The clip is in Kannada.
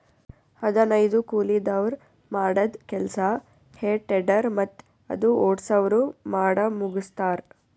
ಹದನೈದು ಕೂಲಿದವ್ರ್ ಮಾಡದ್ದ್ ಕೆಲ್ಸಾ ಹೆ ಟೆಡ್ಡರ್ ಮತ್ತ್ ಅದು ಓಡ್ಸವ್ರು ಮಾಡಮುಗಸ್ತಾರ್